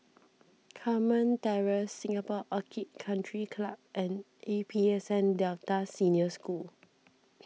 Carmen Terrace Singapore Orchid Country Club and A P S N Delta Senior School